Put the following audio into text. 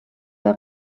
der